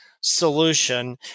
solution